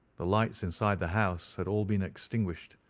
the lights inside the house had all been extinguished,